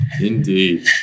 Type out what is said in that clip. Indeed